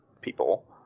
people